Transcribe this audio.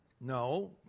No